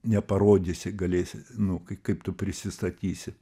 neparodysi galėsi nu kai kaip tu prisistatysi